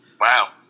Wow